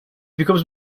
becomes